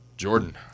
Jordan